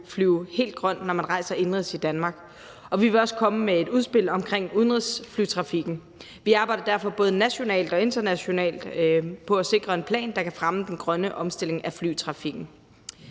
flyve helt grønt, når man rejser indenrigs i Danmark. Vi vil også komme med et udspil omkring udenrigsflytrafikken. Vi arbejder derfor både nationalt og internationalt på at sikre en plan, der kan fremme den grønne omstilling af flytrafikken.